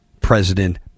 President